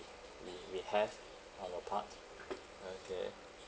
we we have our part okay